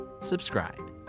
subscribe